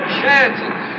chances